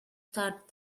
start